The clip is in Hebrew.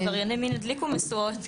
עברייני מין הדליקו משואות.